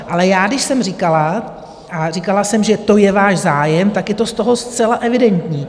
Ale já, když jsem říkala, a říkala jsem, že to je váš zájem, tak je to z toho zcela evidentní.